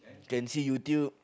can see YouTube